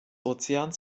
ozeans